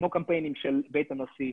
כמו קמפיינים של בית הנשיא,